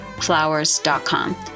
flowers.com